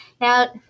Now